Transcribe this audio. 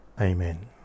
Amen